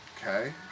Okay